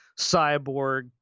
cyborg